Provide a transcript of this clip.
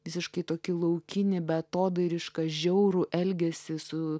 visiškai tokį laukinį beatodairišką žiaurų elgesį su